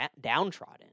downtrodden